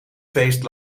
feest